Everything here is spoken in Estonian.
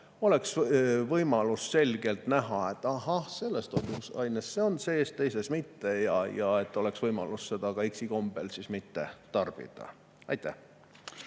oleks võimalus selgelt näha, et ahah, selles toiduaines on need sees, teises mitte, ja et oleks võimalus neid eksikombel mitte tarbida. Aitäh!